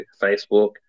Facebook